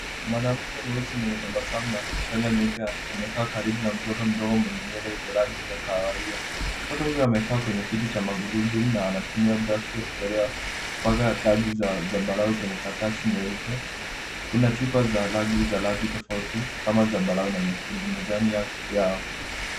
Mwanamke mweusi mwenye tabasamu na shanga nyeupe amekaa karibu na mtoto mdogo mwenye nywele za rangi za kahawia. Mtoto huyo amekaa kwenye kiti cha magurudumu na wanatumia brashi ya kuchorea kupaka rangi ya zambarau kwenye karatasi nyeupe. Kuna chupa za rangi za rangi tofauti kama zambarau na nyekundu mezani yao.